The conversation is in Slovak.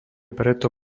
preto